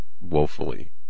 woefully